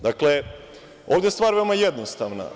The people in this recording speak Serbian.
Dakle, ovde je stvar veoma jednostavna.